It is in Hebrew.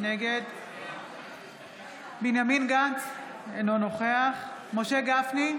נגד בנימין גנץ, אינו נוכח משה גפני,